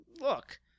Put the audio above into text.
look